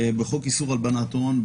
בחוק איסור הלבנת הון,